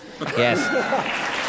Yes